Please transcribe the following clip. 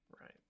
Right